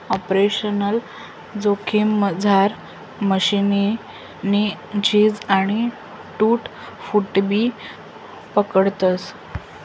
operational जोखिममझार मशीननी झीज आणि टूट फूटबी पकडतस